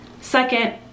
second